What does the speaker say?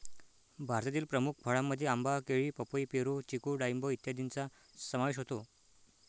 भारतातील प्रमुख फळांमध्ये आंबा, केळी, पपई, पेरू, चिकू डाळिंब इत्यादींचा समावेश होतो